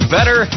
Better